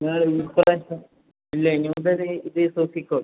നിങ്ങളുടെ ഉദ്ദേശം അല്ല ഇനി മുതല് ഇത് ശ്രദ്ധിക്കും